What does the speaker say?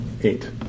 Eight